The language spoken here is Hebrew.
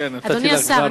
אדוני השר,